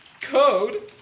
Code